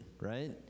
right